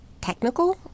technical